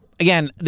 Again